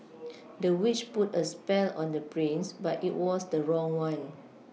the witch put a spell on the prince but it was the wrong one